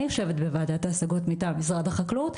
אני יושבת בוועדת השגות מטעם משרד החקלאות,